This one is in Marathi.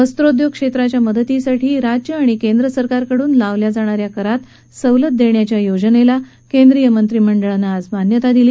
वस्त्रोद्योग क्षेत्राच्या मदतीसाठी राज्य आणि केंद्र सरकारकडून लावल्या जाणा या करात सवलत देणा या योजनेलाही केन्द्रीय मंत्रिमंडळानं आज मान्यता दिली